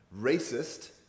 racist